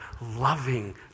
loving